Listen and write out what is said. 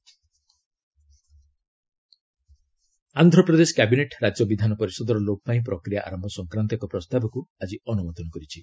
AP council ଆବଲ୍ୟୁସନ୍ Andhra Pradesh cabinet ରାଜ୍ୟ ବିଧାନ ପରିଷଦର ଲୋପ ପାଇଁ ପ୍ରକ୍ରିୟା ଆରମ୍ଭ ସଂକ୍ରାନ୍ତ ଏକ ପ୍ରସ୍ତାବକୁ ଆଜି ଅନୁମୋଦନ କରିଛି